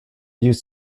used